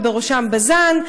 ובראשם בז"ן,